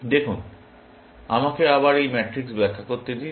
দেখুন আমাকে আবার এই ম্যাট্রিক্স ব্যাখ্যা করতে দিন